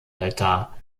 altar